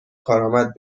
کارآمد